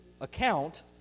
Account